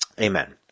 Amen